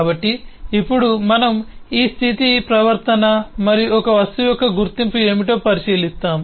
కాబట్టి ఇప్పుడు మనం ఈ స్థితి ప్రవర్తన మరియు ఒక వస్తువు యొక్క గుర్తింపు ఏమిటో పరిశీలిస్తాము